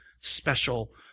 special